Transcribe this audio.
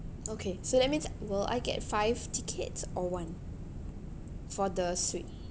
okay so that means will I get five tickets or one for the suite